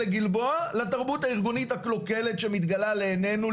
הגלבוע לתרבות הארגונית הקלוקלת שמתגלה לעיננו,